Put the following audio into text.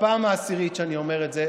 בפעם העשירית אני אומר זה,